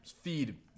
feed